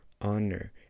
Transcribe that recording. honor